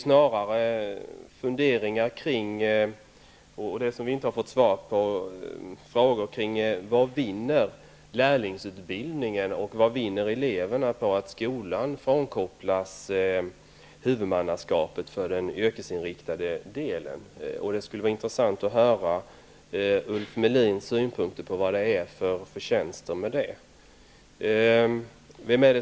Våra funderingar gäller snarare vad lärlingsutbildningen vinner och vad eleverna vinner på att skolan frånkopplas huvudmannaskapet för den yrkesinriktade delen. Det skulle vara intressant att höra Ulf Melins synpunkter på vilka förtjänster man kan uppnå.